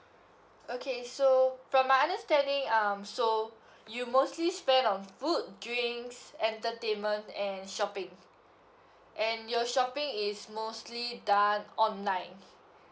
okay so from my understanding um so you mostly spend on food drinks entertainment and shopping and your shopping is mostly done online